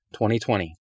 2020